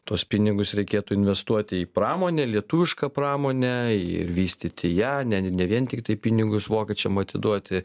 tuos pinigus reikėtų investuoti į pramonę lietuvišką pramonę ir vystyti ją ne vien tiktai pinigus vokiečiam atiduoti